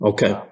Okay